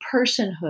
personhood